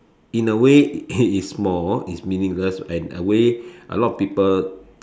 in a way is small is meaningless and a way a lot people